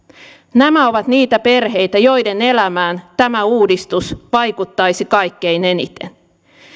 nämä ovat niitä perheitä joiden elämään tämä uudistus vaikuttaisi kaikkein eniten